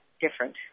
different